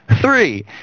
Three